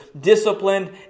Disciplined